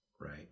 right